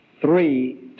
three